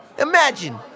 Imagine